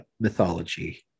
mythology